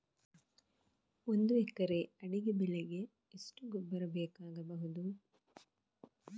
ಒಂದು ಎಕರೆ ಅಡಿಕೆ ಬೆಳೆಗೆ ಎಷ್ಟು ಗೊಬ್ಬರ ಬೇಕಾಗಬಹುದು?